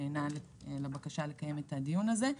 שנענה לבקשה לקיים את הדיון הזה,